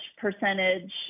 percentage